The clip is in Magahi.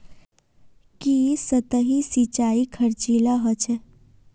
की सतही सिंचाई खर्चीला ह छेक